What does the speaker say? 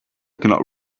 cannot